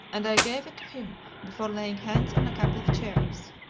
and i gave it to him before laying hands on a couple of chairs.